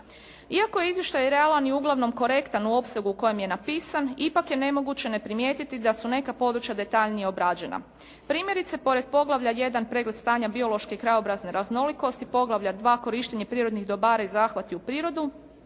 Iako je izvještaj realan i uglavnom korektan u opsegu u kojem je napisan ipak je nemoguće ne primijetiti da su neka područja detaljnije obrađena. Primjerice pored poglavlja 1. pregled stanja biološke i krajobrazne raznolikosti, poglavlja 2. korištenje prirodnih dobara i zahvati u prirodu